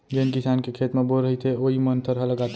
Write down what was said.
जेन किसान के खेत म बोर रहिथे वोइ मन थरहा लगाथें